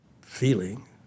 feeling